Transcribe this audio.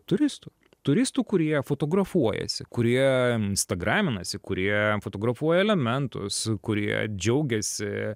turistų turistų kurie fotografuojasi kurie instagraminasi kurie fotografuoja elementus kurie džiaugiasi